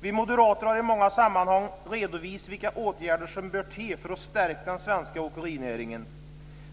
Vi moderater har i många sammanhang redovisat vilka åtgärder som bör till för att stärka den svenska åkerinäringen.